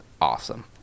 awesome